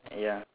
ya